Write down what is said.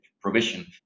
provision